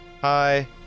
Hi